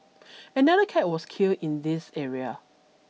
another cat was killed in this area